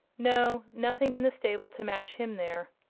no nothing in the stable to match him there.